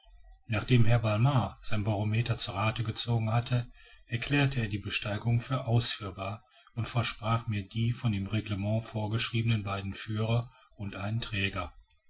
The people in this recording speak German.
nachdem herr balmat sein barometer zu rathe gezogen hatte erklärte er die besteigung für ausführbar und versprach mir die von dem reglement vorgeschriebenen beiden führer und einen träger